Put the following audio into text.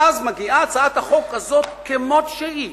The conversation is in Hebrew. ואז מגיעה הצעת החוק הזאת כמות שהיא,